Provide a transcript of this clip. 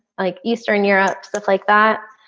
like eastern europe stuff like that.